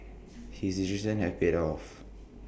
his decision has paid off